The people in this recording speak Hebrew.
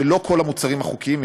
שלא כל המוצרים החוקיים,